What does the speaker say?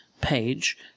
page